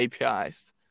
APIs